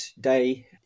day